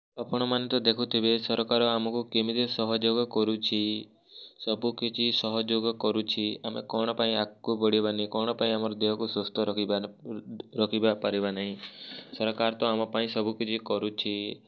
ଆପଣମାନେ ତ ଦେଖୁଥିବେ ସରକାର ଆମକୁ କେମିତିଆ ସହଯୋଗ କରୁଛି ସବୁକିଛି ସହଯୋଗ କରୁଛି ଆମେ କ'ଣ ପାଇଁ ଆଗ୍କୁ ବଢ଼ିବାନି କ'ଣ ପାଇଁ ଆମର ଦେହକୁ ସୁସ୍ଥ ରଖିବାନି ରଖିବା ପାରିବାନାହିଁ ସରକାର ତ ଆମ ପାଇଁ ସବୁକିଛି କରୁଛି